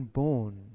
born